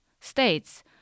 states